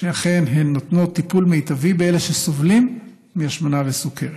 שאכן הן נותנות טיפול מיטבי לאלה שסובלים מהשמנה וסוכרת.